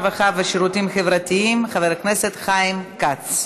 הרווחה והשירותים החברתיים חבר הכנסת חיים כץ.